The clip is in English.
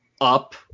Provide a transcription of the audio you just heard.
up